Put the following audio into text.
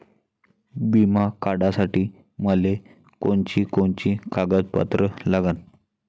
बिमा काढासाठी मले कोनची कोनची कागदपत्र लागन?